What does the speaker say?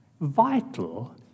vital